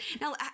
Now